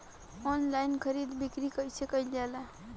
Online खरीद बिक्री कइसे कइल जाला?